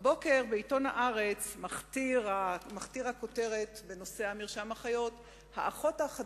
בעיתון "הארץ" הבוקר מכתירה הכותרת את נושא מרשם האחיות במלים: